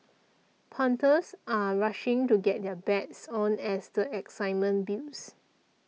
punters are rushing to get their bets on as the excitement builds